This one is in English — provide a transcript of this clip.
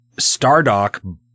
Stardock